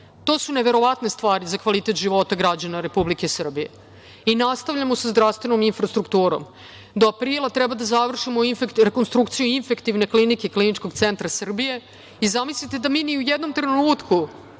su neverovatne stvari za kvalitet života građana Republike Srbije. Nastavljamo sa zdravstvenom infrastrukturom. Do aprila treba da završimo rekonstrukciju Infektivne klinike Kliničkog centra Srbije i zamislite da mi ni u jednom trenutku